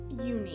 unique